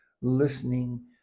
listening